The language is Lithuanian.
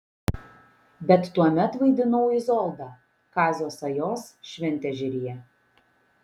bet tuomet vaidinau izoldą kazio sajos šventežeryje